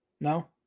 No